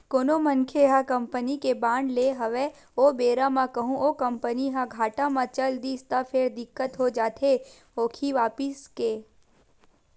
कोनो मनखे ह कोनो कंपनी के बांड लेय हवय ओ बेरा म कहूँ ओ कंपनी ह घाटा म चल दिस त फेर दिक्कत हो जाथे ओखी वापसी के